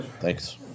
Thanks